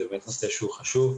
נושא חשוב.